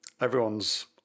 everyone's